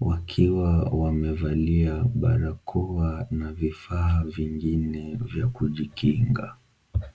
wakiwa wamevalia barakoa na vifaa vingine vya kujikinga.